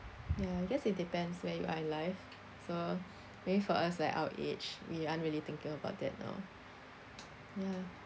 ya I guess it depends where you are in life so maybe for us like our age we aren't really thinking about that now ya